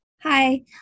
Hi